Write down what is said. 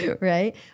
Right